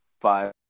five